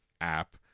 app